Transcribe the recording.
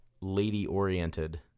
lady-oriented